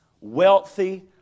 wealthy